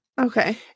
Okay